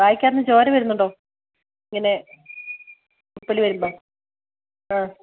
വായ്ക്കകത്തുനിന്ന് ചോര വരുന്നുണ്ടോ ഇങ്ങനെ തുപ്പൽ വരുമ്പോൾ ആ